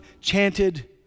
chanted